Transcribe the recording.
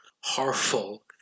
horrible